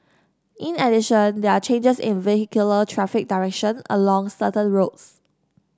in addition there are changes in vehicular traffic direction along certain roads